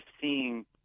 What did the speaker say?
seeing